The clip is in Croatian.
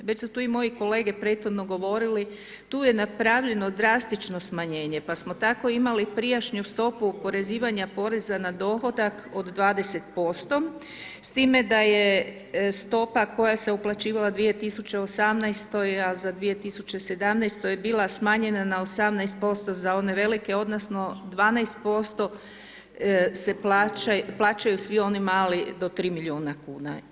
Već su tu i moji kolege prethodno govorili, tu je napravljeno drastično smanjenje, pa smo tako imali prijašnju stopu oporezivanja poreza na dohodak od 20% s time da je stopa koja se uplaćivala u 2018-oj, a za 2017-u je bila smanjena na 18% za one velike odnosno 12% plaćaju svi oni mali do 3 milijuna kuna.